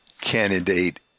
candidate